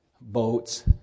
Boats